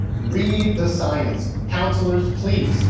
read the science. counselors, please.